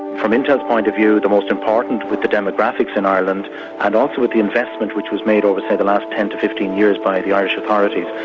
from intel's point of view, the most important were the demographics in ireland and also with the investment which was made over say the last ten to fifteen years by the irish authorities,